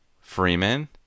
Freeman